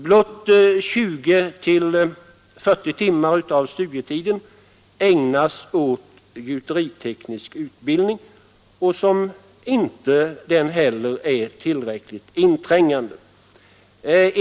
Blott 20 till 40 timmar av studietiden ägnas åt gjuteriteknisk utbildning, som inte blir tillräckligt inträngande.